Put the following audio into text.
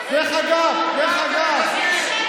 אתם לא מתעסקים בקורונה.